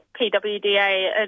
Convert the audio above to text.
PWDA